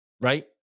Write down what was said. right